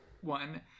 one